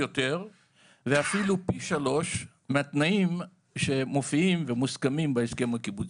ואפילו פי שלושה מהתנאים שמופיעים ומוסכמים בהסכם הקיבוצי.